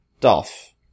Dolph